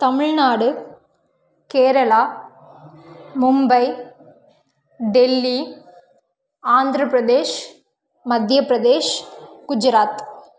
Tamil Nadu Kerala Mumbai Delhi Andhra Pradesh Madhya Pradesh Gujarat